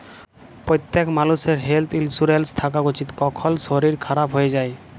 প্যত্তেক মালুষের health insurance থ্যাকা উচিত, কখল শরীর খারাপ হয়ে যায়